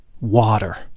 Water